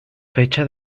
fecha